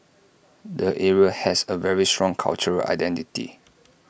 the area has A very strong cultural identity